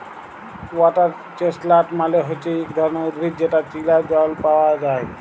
water chestnut মালে হচ্যে ইক ধরণের উদ্ভিদ যেটা চীলা জল পায়া যায়